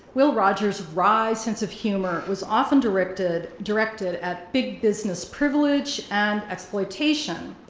will rogers' wry sense of humor was often directed directed at big business privilege and exploitation,